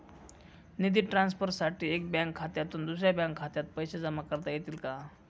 निधी ट्रान्सफरसाठी एका बँक खात्यातून दुसऱ्या बँक खात्यात पैसे जमा करता येतील का?